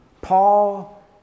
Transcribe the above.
Paul